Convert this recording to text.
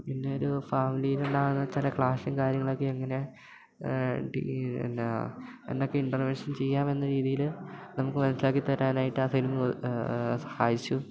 പിന്നെ ഒരു ഫാമിലിയിലുണ്ടാവുന്ന ചില ക്ലാഷും കാര്യങ്ങളൊക്കെ എങ്ങനെ എന്നാ എന്തൊക്കെ ഇൻറ്റർവെൻഷൻ ചെയ്യാമെന്ന രീതിയിൽ നമുക്ക് മനസ്സിലാക്കി തരാനായിട്ട് ആ സിനിമ സഹായിച്ചു